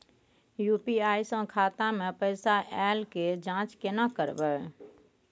UPI स खाता मे पैसा ऐल के जाँच केने करबै?